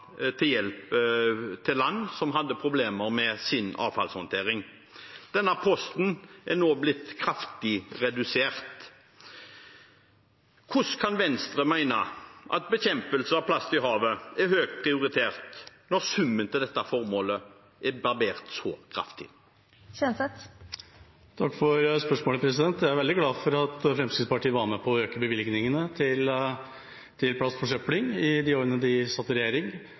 hjelp til land som hadde problemer med sin avfallshåndtering. Denne posten er nå blitt kraftig redusert. Hvordan kan Venstre mene at bekjempelse av plast i havet er høyt prioritert når summen til dette formålet er barbert så kraftig? Takk for spørsmålet. Jeg er veldig glad for at Fremskrittspartiet var med på å øke bevilgningene til plastforsøpling i de årene de satt i regjering.